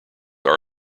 are